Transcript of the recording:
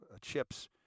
chips